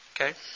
Okay